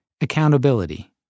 accountability